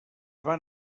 van